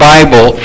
Bible